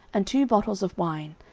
and two bottles of wine,